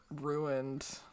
ruined